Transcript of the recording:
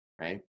right